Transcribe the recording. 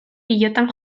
pilotan